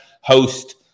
host